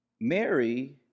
Mary